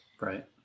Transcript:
Right